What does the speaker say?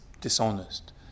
dishonest